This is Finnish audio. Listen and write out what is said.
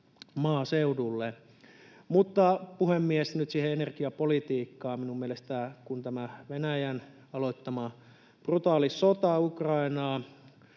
maaseudulle. Mutta, puhemies, nyt siihen energiapolitiikkaan. Minun mielestäni, kun tämä Venäjän aloittamaa brutaali sota Ukrainaa